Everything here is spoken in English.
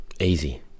Easy